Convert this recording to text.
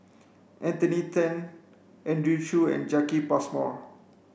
Anthony Then Andrew Chew and Jacki Passmore